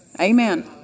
Amen